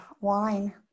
Wine